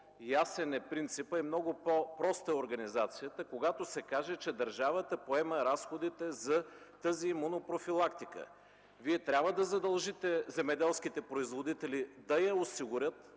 по-ясен е принципът и много по-проста е организацията, когато се каже, че държавата поема разходите за тази имунопрофилактика. Вие трябва да задължите земеделските производители да я осигурят,